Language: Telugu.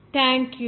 థాంక్యూ